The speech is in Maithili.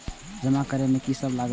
जमा करे में की सब लगे छै?